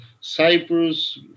Cyprus